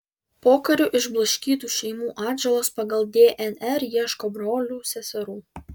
pokariu išblaškytų šeimų atžalos pagal dnr ieško brolių seserų